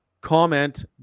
comment